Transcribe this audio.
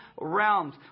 realms